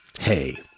Hey